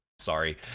Sorry